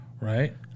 Right